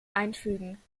einfügen